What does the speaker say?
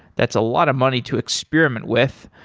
that's a lot of money to experiment with.